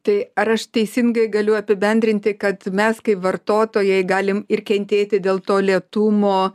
tai ar aš teisingai galiu apibendrinti kad mes kaip vartotojai galim ir kentėti dėl to lėtumo